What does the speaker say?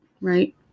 Right